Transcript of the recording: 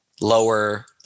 lower